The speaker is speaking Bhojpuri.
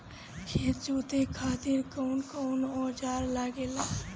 खेत जोते खातीर कउन कउन औजार लागेला?